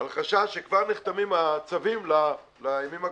על חשש שכבר נחתמים הצווים לימים הקרובים,